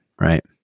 right